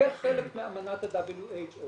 כחלק מאמנת ה-WAO,